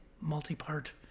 multi-part